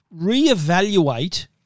reevaluate